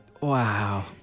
Wow